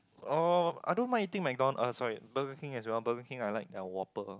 oh I don't mind eating McDonald's uh sorry Burger King as well Burger King I like their whopper